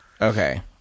Okay